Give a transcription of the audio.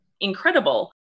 incredible